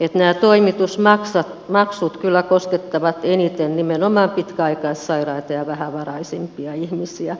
että nämä toimitusmaksut kyllä koskettavat eniten nimenomaan pitkäaikaissairaita ja vähävaraisimpia ihmisiä